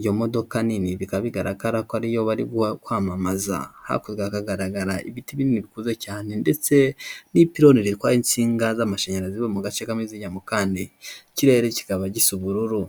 iyo modoka nini bikaba bigaragara ko ariyo bari kwamamaza hapfaga hagaragara ibiti bimwe bikoze cyane ndetse n'ipironi rivaho insinga z'amashanyarazi mu gace kamaziinmo kandi ikirere kikaba gifite ubururu.